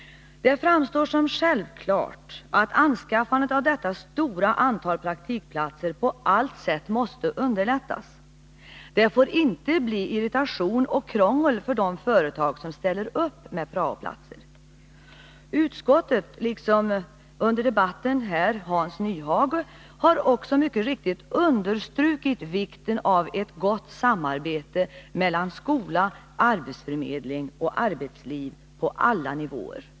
Det framstår som självklart att anskaffandet av detta stora antal praktikplatser på allt sätt måste underlättas. Det får inte bli irritation och krångel för de företag som ställer upp med prao-platser. Utskottet har också, liksom Hans Nyhage under debatten, mycket riktigt understrukit vikten av ett gott samarbete mellan skola, arbetsförmedling och arbetsliv på alla nivåer.